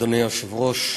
אדוני היושב-ראש,